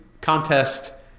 contest